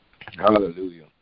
Hallelujah